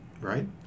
Right